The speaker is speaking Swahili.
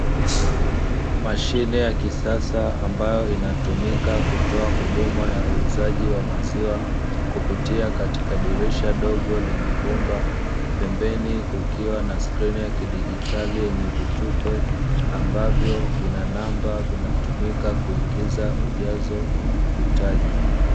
Mashine ya kisasa ambayo inatumika kutoa huduma ya uuzaji wa maziwa kupitia katika dirisha dogo lenye bomba. Pembeni kukiwa na skrini ya kidigitali yenye vitufe ambavyo vina namba vinatumika kuingiza ujazo unaohitaji.